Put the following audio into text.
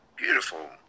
Beautiful